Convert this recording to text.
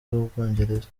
w’ubwongereza